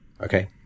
Okay